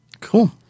Cool